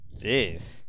jeez